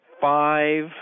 five